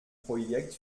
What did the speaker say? projekt